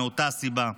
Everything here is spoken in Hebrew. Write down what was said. מאותה סיבה".